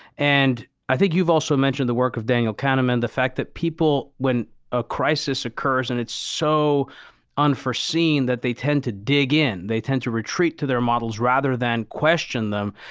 and i think you've also mentioned the work of daniel kahneman, the fact that people, when a crisis occurs and it's so unforeseen, that they tend to dig in. they tend to retreat to their models rather than question them.